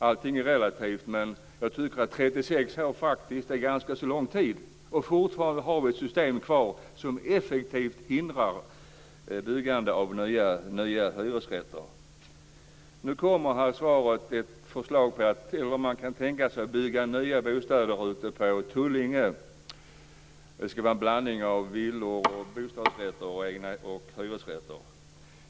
Allting är relativt, men jag tycker att 36 år är ganska så lång tid. Fortfarande har vi kvar ett system som effektivt hindrar byggande av nya hyresrätter. I svaret sägs att man kan tänka sig att bygga nya bostäder i Tullinge. Det ska bli en blandning av villor, bostadsrätter och hyresrätter.